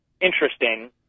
interesting